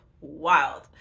wild